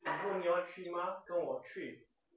以后你要去吗跟我去